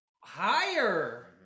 Higher